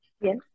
Yes